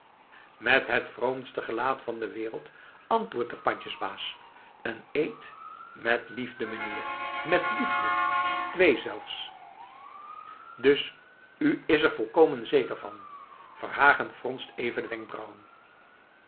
met het vroomste gelaat van de wereld antwoordt de pandjesbaas een eed met liefde meneer met liefde twee zelfs dus u is er volkomen zeker van verhagen fronst even de wenkbrauwen